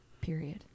Period